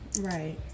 right